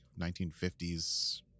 1950s